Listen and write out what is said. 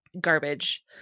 garbage